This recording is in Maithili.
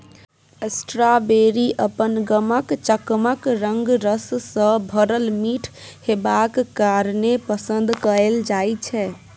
स्ट्राबेरी अपन गमक, चकमक रंग, रस सँ भरल मीठ हेबाक कारणेँ पसंद कएल जाइ छै